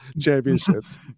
championships